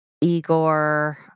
Igor